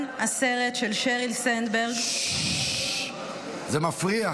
הסרט של שריל סנדברג --- זה מפריע,